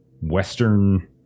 Western